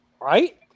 right